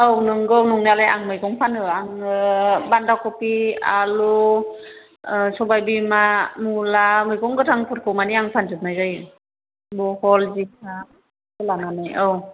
औ नंगौ नंनालाय आं मैगं फानो आङो बान्दाकफि आलु सबाइ बिमा मुला मैगं गोथांफोरखौ मानि आं फानजोबनाय जायो बहल जिंखाखौ लानानै औ